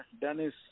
Dennis